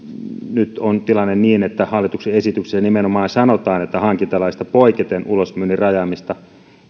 nyt on tilanne niin että hallituksen esityksessä nimenomaan sanotaan että hankintalaista poiketen ulosmyynnin rajaamista